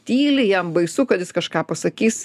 tyli jam baisu kad jis kažką pasakys